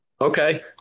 Okay